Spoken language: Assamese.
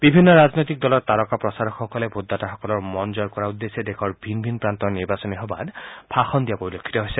বিভিন্ন ৰাজনৈতিক দলৰ তাৰকা প্ৰচাৰকসকলে ভোটদাতাসকলৰ মন জয় কৰাৰ উদ্দেশ্যে দেশৰ ভিন ভিন প্ৰান্তৰ নিৰ্বাচনী সভাত ভাষণ দিয়া পৰিলক্ষিত হৈছে